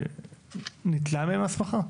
ניטלה מהן ההסמכה?